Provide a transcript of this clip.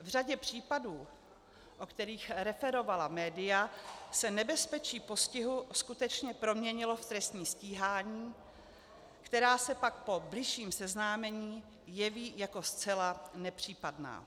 V řadě případů, o kterých referovala média, se nebezpečí postihu skutečně proměnilo v trestní stíhání, která se pak po bližším seznámení jeví jako zcela nepřípadná.